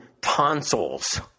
tonsils